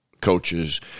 coaches